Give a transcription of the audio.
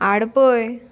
आडपय